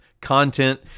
content